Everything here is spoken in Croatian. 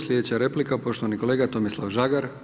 Sljedeća replika poštovani kolega Tomislav Žagar.